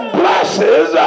blesses